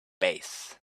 bass